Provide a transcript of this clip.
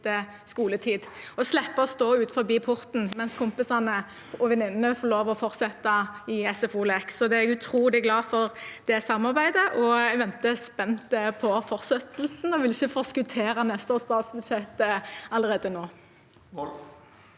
skoletid, og slippe å stå utenfor porten mens kompisene og venninnene får fortsette med SFO-lek. Jeg er utrolig glad for det samarbeidet. Jeg venter spent på fortsettelsen, men vil ikke forskuttere neste års statsbudsjett allerede nå.